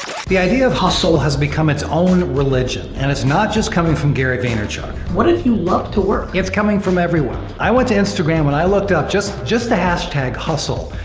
the idea of hustle. has become its own religion. and it's not just coming from gary vaynerchuk. what if you love to work? it's coming from everyone. i went to instagram and i looked up just just the hashtag hustle.